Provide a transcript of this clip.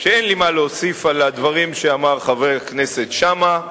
שאין לי מה להוסיף על הדברים שאמר חבר הכנסת שאמה,